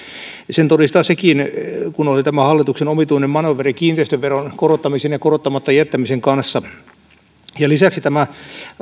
sen todistaa sekin kun oli tämä hallituksen omituinen manööveri kiinteistöveron korottamisen ja korottamatta jättämisen kanssa lisäksi tämä